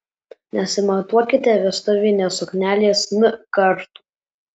nesimatuokite vestuvinės suknelės n kartų